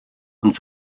und